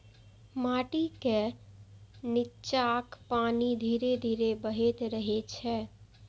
माटिक निच्चाक पानि धीरे धीरे बहैत रहै छै